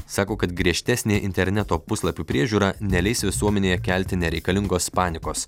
sako kad griežtesnė interneto puslapių priežiūra neleis visuomenėje kelti nereikalingos panikos